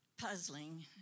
puzzling